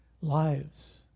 lives